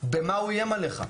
במה הוא איים עליך?